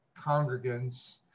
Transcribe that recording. congregants